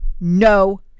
no